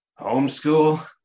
homeschool